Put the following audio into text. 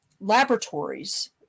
laboratories